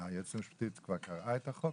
צריך לקרוא את החוק?